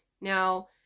Now